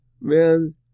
man